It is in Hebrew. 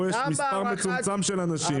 פה יש מספר מצומצם של אנשים.